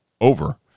over